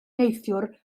neithiwr